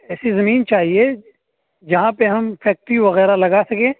ایسی زمین چاہیے جہاں پہ ہم فیکٹری وغیرہ لگا سکیں